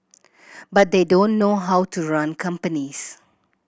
but they don't know how to run companies